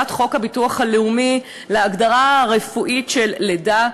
חוק הביטוח הלאומי להגדרה הרפואית של לידה,